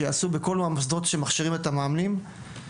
שייעשו בכל המוסדות שמכשירים את המאמנים.